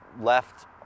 left